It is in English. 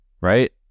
right